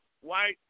white